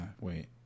wait